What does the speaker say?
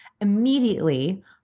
immediately